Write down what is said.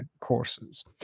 courses